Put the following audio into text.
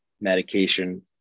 medication